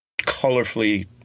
colorfully